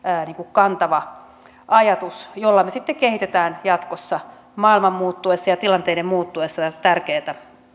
kantava ajatus jolla me sitten kehitämme jatkossa maailman muuttuessa ja tilanteiden muuttuessa tätä tärkeätä